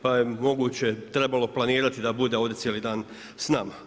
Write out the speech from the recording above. Pa je moguće, trebalo planirati, da bude ovdje cijeli dan s nama.